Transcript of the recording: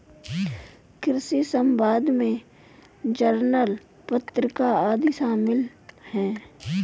कृषि समवाद में जर्नल पत्रिका आदि शामिल हैं